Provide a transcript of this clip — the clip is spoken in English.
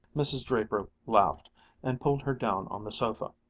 mrs. draper laughed and pulled her down on the sofa.